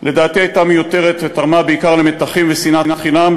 לדעתי הייתה מיותרת ותרמה בעיקר למתחים ולשנאת חינם,